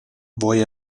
voi